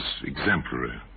exemplary